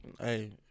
Hey